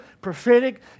prophetic